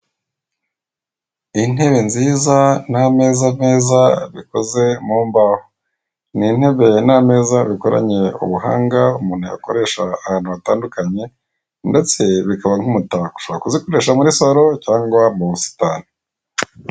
Intebe nziza n'ameza meza bikoze mu mbaho ni intebe n'ameza bikoranye ubuhanga umuntu yakoresha ahantu hatandukanye ndetse bikaba nk'umutako, ushobora kuzikoresha muri salo cyangwa mu busitani.